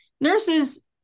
nurses